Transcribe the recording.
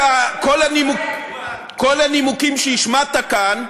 כל הנימוקים שהשמעת כאן,